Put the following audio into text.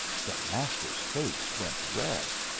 the master's face went red.